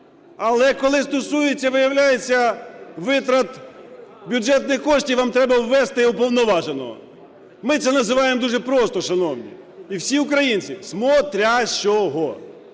виявляється, витрат бюджетних коштів, вам треба ввести уповноваженого, ми це називаємо дуже просто, шановні, і всі українці – "смотрящего".